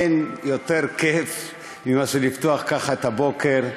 אין יותר כיף מאשר לפתוח ככה את הבוקר,